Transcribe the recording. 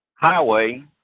highway